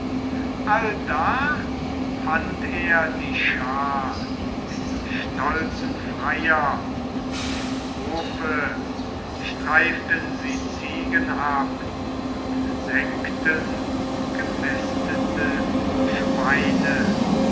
allda fand er die schar der stolzen freier im hofe streiften sie ziegen ab und sengten gemästete schweine